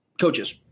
coaches